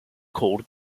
called